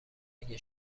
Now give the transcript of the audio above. اگه